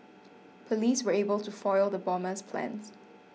police were able to foil the bomber's plans